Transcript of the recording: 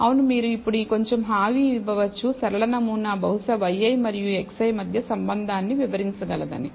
అవును మీరు ఇప్పుడు కొంచెం హామీ ఇవ్వవచ్చు సరళ నమూనా బహుశా yi మరియు xi మధ్య సంబంధాన్ని వివరించగలదని